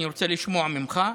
אני רוצה לשמוע ממך.